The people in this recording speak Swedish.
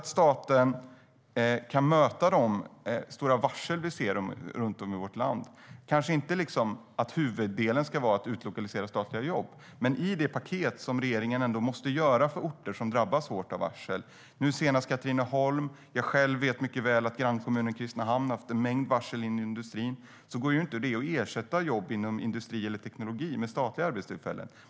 Staten kan möta de stora varsel vi ser runt om i vårt land. Huvuddelen ska kanske inte vara att utlokalisera statliga jobb. Men det kan finnas i de paket som regeringen ändå måste göra för orter som drabbas hårt av varsel. Nu senast är det Katrineholm. Jag själv vet mycket väl att grannkommunen Kristinehamn haft en mängd varsel i industrin. Det går inte att ersätta jobb inom industri eller teknik med statliga arbetstillfällen.